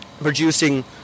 producing